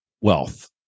wealth